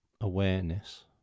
awareness